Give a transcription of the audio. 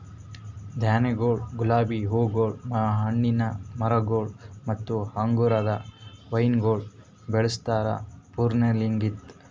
ಧಾನ್ಯಗೊಳ್, ಗುಲಾಬಿ ಹೂಗೊಳ್, ಹಣ್ಣಿನ ಮರಗೊಳ್ ಮತ್ತ ಅಂಗುರದ ವೈನಗೊಳ್ ಬೆಳುಸ್ತಾರ್ ಪ್ರೂನಿಂಗಲಿಂತ್